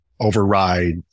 override